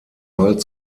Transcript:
bald